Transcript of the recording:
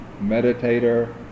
meditator